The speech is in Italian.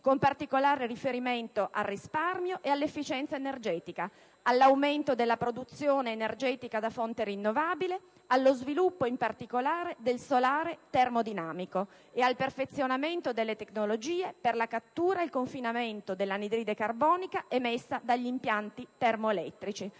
con particolare riferimento al risparmio ed all'efficienza energetica, all'aumento della produzione energetica da fonte rinnovabile, allo sviluppo, in particolare, del solare termodinamico ed al perfezionamento delle tecnologie per la cattura ed il confinamento dell'anidride carbonica emessa dagli impianti termoelettrici.